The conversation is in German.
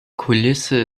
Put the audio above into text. kulisse